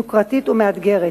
יוקרתית ומאתגרת,